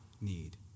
need